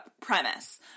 premise